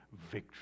victory